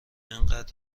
اینقد